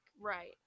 Right